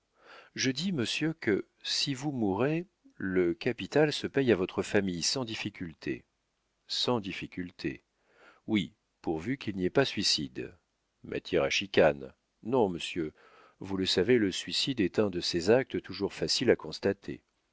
je dis monsieur que si vous mourez le capital se paye à votre famille sans difficulté sans difficulté oui pourvu qu'il n'y ait pas suicide matière à chicane non monsieur vous le savez le suicide est un de ces actes toujours faciles à constater